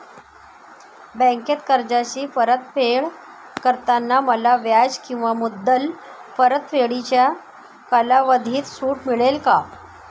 बँकेत कर्जाची परतफेड करताना मला व्याज किंवा मुद्दल परतफेडीच्या कालावधीत सूट मिळेल का?